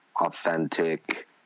authentic